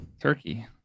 Turkey